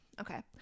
Okay